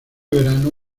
verano